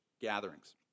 gatherings